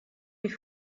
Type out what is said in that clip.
wie